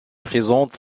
présente